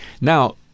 Now